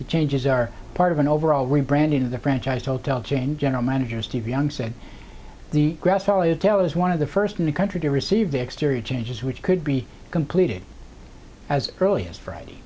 the changes are part of an overall rebranding of the franchise hotel chain general manager steve young said the grass valley of taylor is one of the first in the country to receive the exterior changes which could be completed as early as friday